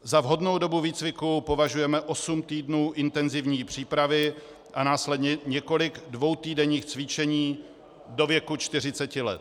Za vhodnou dobu výcviku považujeme osm týdnů intenzivní přípravy a následně několik dvoutýdenních cvičení do věku 40 let.